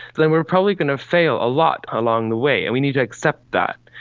then we are probably going to fail a lot along the way and we need to accept that.